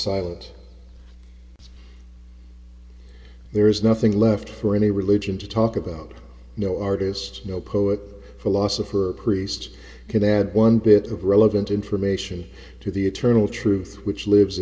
silent there is nothing left for any religion to talk about no artist no poet philosopher or priest can add one bit of relevant information to the eternal truth which lives